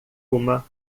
uma